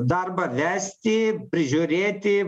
darbą vesti prižiūrėti